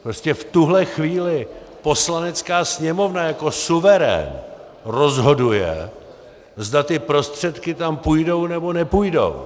Prostě v tuhle chvíli Poslanecká sněmovna jako suverén rozhoduje, zda ty prostředky tam půjdou, nebo nepůjdou.